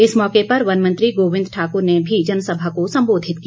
इस मौके पर वनमंत्री गोबिन्द ठाकुर ने भी जनसभा को संबोधित किया